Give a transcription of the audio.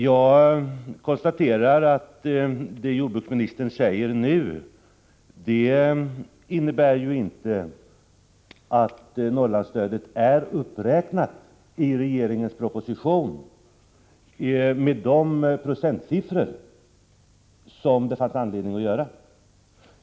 Jag konstaterar att det jordbruksministern nu säger inte innebär att Norrlandsstödet är uppräknat i regeringens proposition med de procentsiffror som det finns anledning till.